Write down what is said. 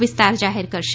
વિસ્તાર જાહેર કરશે